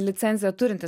licenciją turintis